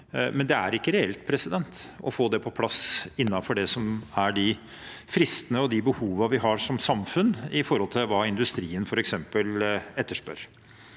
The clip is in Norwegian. men det er ikke reelt å få det på plass innenfor de fristene og de behovene vi har som samfunn, i forhold til hva f.eks. industrien etterspør.